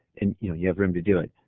and you know you have room to do it.